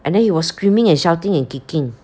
and then he was screaming and shouting and kicking